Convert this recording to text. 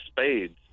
Spades